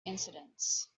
incidents